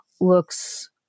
looks